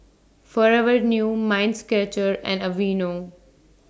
Forever New Mind Stretcher and Aveeno